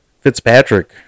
Fitzpatrick